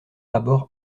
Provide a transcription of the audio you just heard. abord